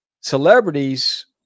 celebrities